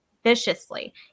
viciously